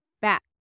back